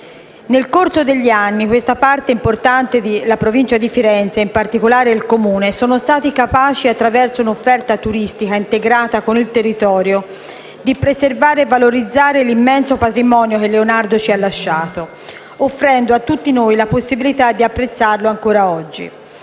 Nel corso degli anni questa parte importante della Provincia di Firenze ed il Comune sono stati capaci, attraverso un'offerta turistica integrata con il territorio, di preservare e valorizzare l'immenso patrimonio che Leonardo ci ha lasciato, offrendo a tutti noi la possibilità di apprezzarlo ancora oggi;